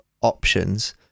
options